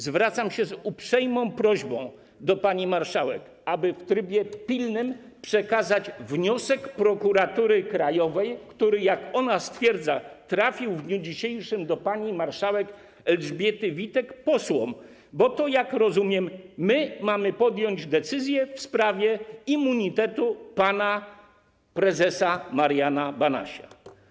Zwracam się z uprzejmą prośbą do pani marszałek, aby w trybie pilnym przekazać posłom wniosek Prokuratury Krajowej, który, jak ona stwierdza, trafił w dniu dzisiejszym do pani marszałek Elżbiety Witek, bo jak rozumiem, to my mamy podjąć decyzję w sprawie immunitetu pana prezesa Mariana Banasia.